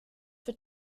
wird